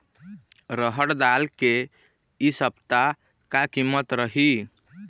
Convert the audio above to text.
रहड़ दाल के इ सप्ता का कीमत रही?